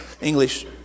English